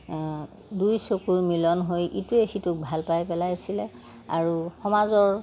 দুই চকুৰ মিলন হৈ ইটোৱে সিটোক ভাল পাই পেলাইছিলে আৰু সমাজৰ